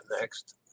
next